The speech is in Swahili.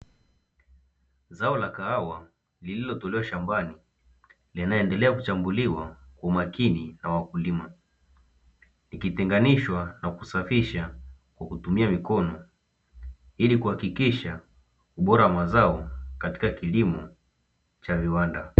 Zao la kahawa lilitolewa shambani linaendelea kuchambuliwa kwa makini na wakulima, likitenganishwa na kusafishwa kwa kutumia mikono ili kuhakikisha ubora wa mazao katika kilimo cha viwanda.